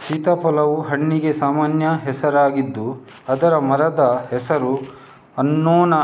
ಸೀತಾಫಲವು ಹಣ್ಣಿಗೆ ಸಾಮಾನ್ಯ ಹೆಸರಾಗಿದ್ದು ಅದರ ಮರದ ಹೆಸರು ಅನ್ನೊನಾ